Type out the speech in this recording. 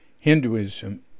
Hinduism